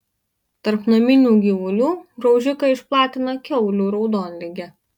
tarp naminių gyvulių graužikai išplatina kiaulių raudonligę